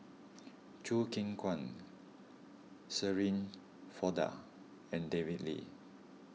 Choo Keng Kwang Shirin Fozdar and David Lee